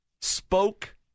spoke